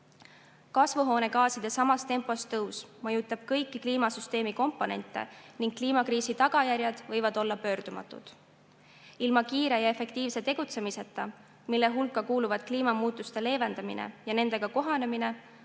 Kasvuhoonegaaside samas tempos tõus mõjutab kõiki kliimasüsteemi komponente ning kliimakriisi tagajärjed võivad olla pöördumatud. Ilma kiire ja efektiivse tegutsemiseta, mille hulka kuuluvad kliimamuutuste leevendamine ja nendega kohanemine,